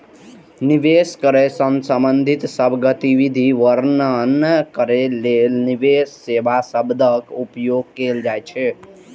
निवेश करै सं संबंधित सब गतिविधि वर्णन करै लेल निवेश सेवा शब्दक उपयोग कैल जाइ छै